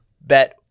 bet